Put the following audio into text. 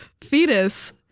Fetus